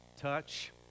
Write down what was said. touch